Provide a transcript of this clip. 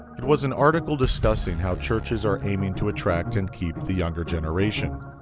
it was an article discussing how churches are aiming to attract and keep the younger generation?